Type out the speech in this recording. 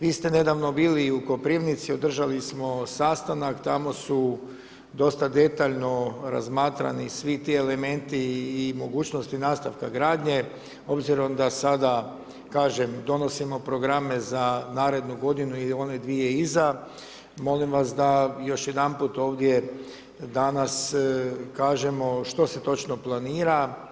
Vi ste nedavno bili i u Koprivnici, održali smo sastanak, tamo su dosta detaljno razmatrani svi ti elementi i mogućnosti nastavka gradnje, obzirom da sada, kažem donosimo programe za narednu godinu i one dvije iza, molim vas da još jedanput ovdje, danas kažemo što se točno planira.